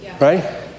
Right